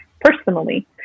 personally